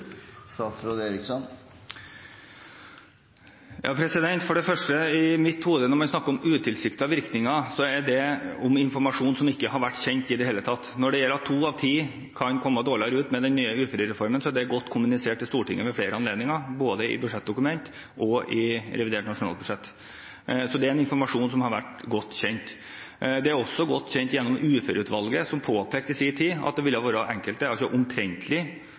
For det første: I mitt hode når man snakker om utilsiktede virkninger, dreier det seg om informasjon som ikke har vært kjent i det hele tatt. Når det gjelder dette at to av ti kan komme dårligere ut med den nye uførereformen, er det godt kommunisert i Stortinget ved flere anledninger, både i budsjettdokumenter og i revidert nasjonalbudsjett. Så det er en informasjon som har vært godt kjent. Det er også godt kjent gjennom Uføreutvalget, som i sin tid påpekte «at omtrentlig likt ut» ville